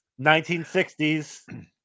1960s